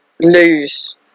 lose